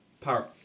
Power